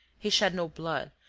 he shed no blood,